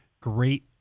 great